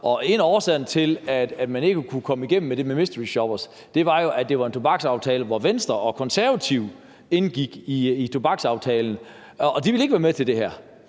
en af årsagerne til, at man ikke kunne komme igennem med det med mysteryshoppere, var jo, at det var en tobaksaftale, som Venstre og Konservative indgik i, og de ville ikke være med til det.